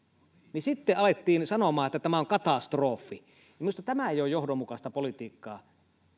niin sitten alettiin sanomaan että tämä on katastrofi minusta tämä ei ole johdonmukaista politiikkaa